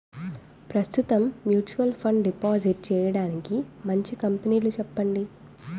ప్రస్తుతం mutual fund deposit చేయడానికి మంచి కంపెనీలు చెప్పండి